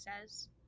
says